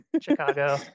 Chicago